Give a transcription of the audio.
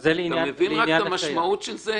אתה מבין מה המשמעות של זה?